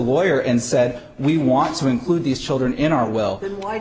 a lawyer and said we want to include these children in our well why